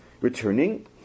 returning